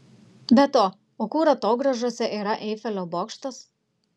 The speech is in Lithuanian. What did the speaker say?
be to o kur atogrąžose yra eifelio bokštas